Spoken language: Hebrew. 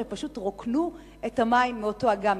פשוט רוקנו את המים מאותו אגם,